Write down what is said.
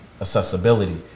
accessibility